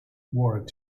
wore